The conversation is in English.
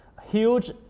huge